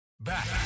Back